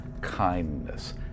kindness